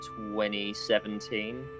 2017